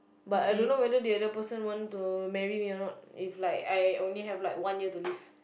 but I don't know whether the other person want to marry me or not if like I only have like one year to live